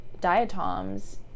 diatoms